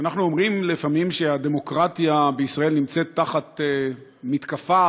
כשאנחנו אומרים לפעמים שהדמוקרטיה בישראל נמצאת תחת מתקפה,